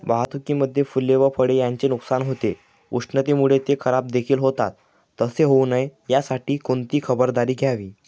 वाहतुकीमध्ये फूले व फळे यांचे नुकसान होते, उष्णतेमुळे ते खराबदेखील होतात तसे होऊ नये यासाठी कोणती खबरदारी घ्यावी?